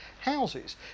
houses